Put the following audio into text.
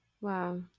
Wow